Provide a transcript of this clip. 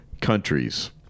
countries